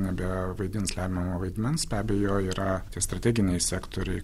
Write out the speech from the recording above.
nebevaidins lemiamo vaidmens be abejo yra tie strateginiai sektoriai